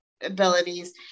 abilities